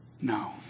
No